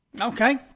Okay